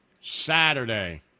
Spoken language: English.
Saturday